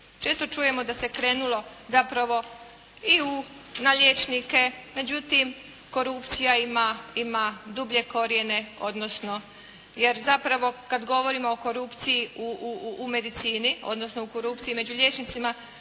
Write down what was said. Često čujemo da se krenulo zapravo i u na liječnike, međutim korupcija ima dublje korijene, odnosno, jer zapravo kada govorimo o korupciji u medicini, odnosno o korupciji među liječnicima,